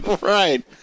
Right